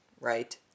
right